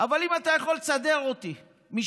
אבל אם אתה יכול, סדר אותי משפטית.